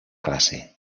classe